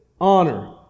honor